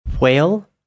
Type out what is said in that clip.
whale